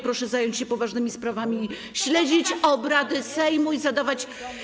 Proszę zająć się poważnymi sprawami, śledzić obrady Sejmu i zadawać.